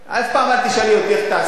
אף פעם אל תשאלי אותי איך תעשה,